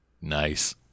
Nice